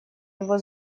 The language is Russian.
его